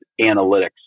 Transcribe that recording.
analytics